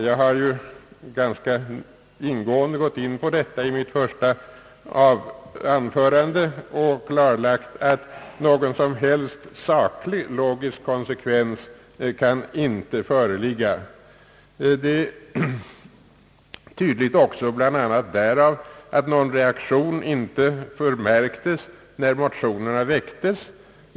Jag har ganska ingående berört detta i mitt första anförande och klarlagt, att någon som helst saklig 1ogisk konsekvens inte kan föreligga. Det är tydligt också bl.a. därav, att någon reaktion inte förmärktes när motionerna väcktes.